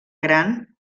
gran